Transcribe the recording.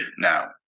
now